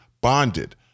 bonded